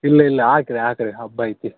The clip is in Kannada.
ಇಲ್ಲ ಇಲ್ಲ ಹಾಕ್ರಿ ಹಾಕ್ರಿ ಹಬ್ಬ ಐತೆ